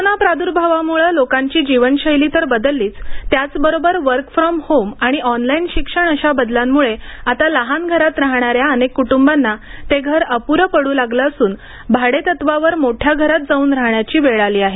corona प्रादुर्भावामुळं लोकांची जीवनशैली तर बदललीच त्याचबरोबर वर्क फ्रॉम होम आणि ऑनलाईन शिक्षण अशा बदलांमुळे आता लहान घरात राहणाऱ्या अनेक कुटुंबाना ते घर अपुरं पडू लागलं असून भाडेतत्त्वावर मोठ्या घरात जाऊन राहण्याची वेळ आली आहे